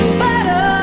better